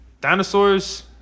Dinosaurs